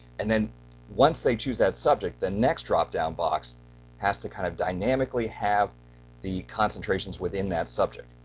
and then once they choose that subject, the next drop-down box has to, kind of, dynamically have the concentrations within that subject.